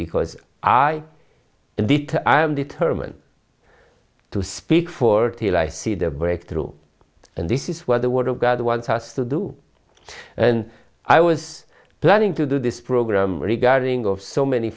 this i am determined to speak for till i see the break through and this is where the word of god wants us to do and i was planning to do this program regarding of so many